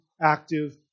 active